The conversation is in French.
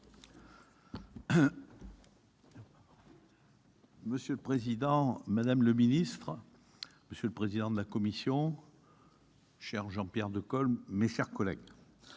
Monsieur le président, madame la secrétaire d'État, monsieur le président de la commission, cher Jean-Pierre Decool, mes chers collègues,